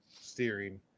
steering